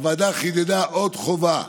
הוועדה חידדה עוד חובה: